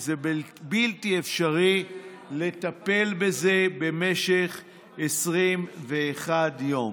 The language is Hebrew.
כי זה בלתי אפשרי לטפל בזה במשך 21 יום,